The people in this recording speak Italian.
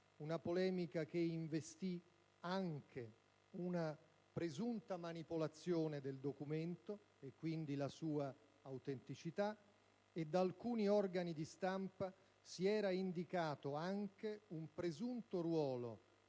una polemica che investì anche una presunta manipolazione del documento e quindi la sua autenticità; da alcuni organi di stampa, si era indicato anche un presunto ruolo